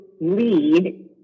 lead